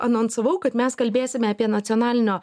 anonsavau kad mes kalbėsime apie nacionalinio